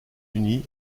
unis